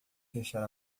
fechar